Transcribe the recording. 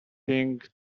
thing